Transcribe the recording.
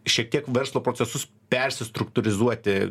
šiek tiek verslo procesus persistruktūrizuoti